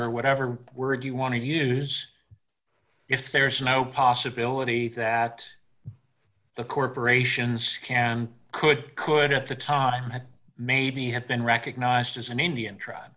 or whatever word you want to use if there's no possibility that the corporations can could could at the time maybe have been recognized as an indian tribe